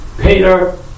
Peter